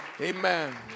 Amen